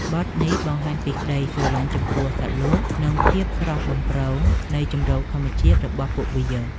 បទនេះបង្ហាញពីក្ដីស្រឡាញ់ចំពោះសត្វលោក និងភាពស្រស់បំព្រងនៃជម្រកធម្មជាតិរបស់ពួកវា។